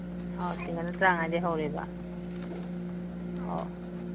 ꯑꯣ ꯁꯤꯡꯒꯜꯅ ꯇꯔꯥꯃꯉꯥꯗꯒꯤ ꯍꯧꯑꯦꯕ ꯑꯣ